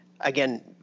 again